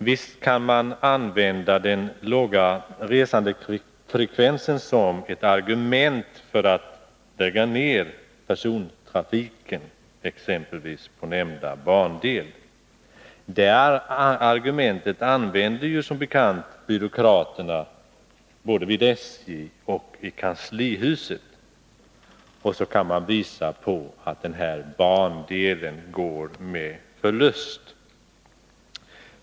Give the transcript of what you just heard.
Visst kan man använda den låga resandefrekvensen som ett argument för att lägga ner persontrafiken exempelvis på nämnda bandel. Det argumentet använder som bekant byråkraterna både inom SJ och i kanslihuset. Man kan på så sätt visa att bandelen går med förlust.